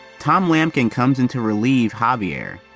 tom lamkin comes in to relieve javier.